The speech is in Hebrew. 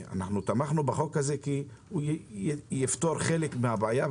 תמכנו בחוק הזה כי הוא יפתור חלק מהבעיה,